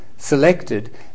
selected